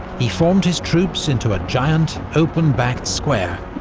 he formed his troops into a giant open-backed square,